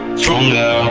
stronger